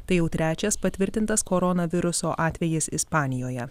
tai jau trečias patvirtintas koronaviruso atvejis ispanijoje